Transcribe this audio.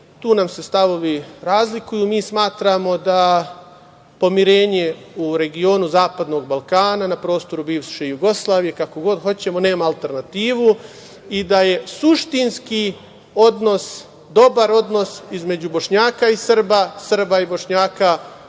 tu nam se stavovi razlikuju. Mi smatramo da pomirenje u regionu zapadnog Balkana, na prostoru bivše Jugoslavije, kako god hoćemo, nemamo alternativu i da je suštinski odnos, dobar odnos između Bošnjaka i Srba, Srba i Bošnjaka